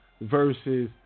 versus